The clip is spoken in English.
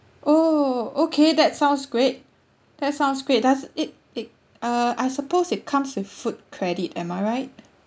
oh okay that sounds great that sounds great does it it uh I suppose it comes with food credit am I right